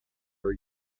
are